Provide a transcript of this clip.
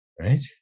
Right